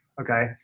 okay